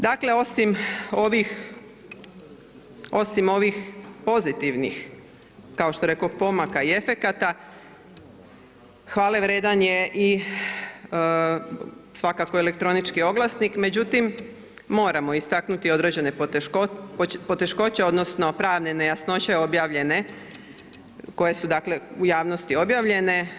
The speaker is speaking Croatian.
Dakle osim ovih pozitivnih kao što rekoh pomaka i efekata hvale vrijedan je i svakako elektronički oglasnik, međutim moramo istaknuti određene poteškoće odnosno pravne nejasnoće objavljene koje su u javnosti objavljene.